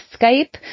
Skype